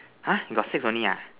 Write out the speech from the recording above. !huh! got six only ah